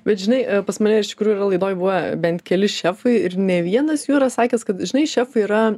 bet žinai pas mane iš tikrųjų yra laidoj buvę bent keli šefai ir nė vienas jų yra sakęs kad žinai šefai yra